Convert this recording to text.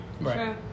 Right